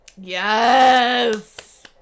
Yes